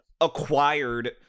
acquired